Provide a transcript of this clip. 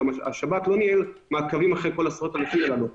השב"כ לא ניהל מעקבים אחרי כל עשרות האלפים הללו.